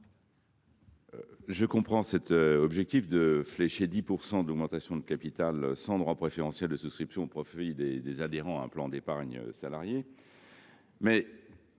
Cet amendement vise à flécher 10 % d’augmentation de capital sans droit préférentiel de souscription au profit des adhérents à un plan d’épargne salariale.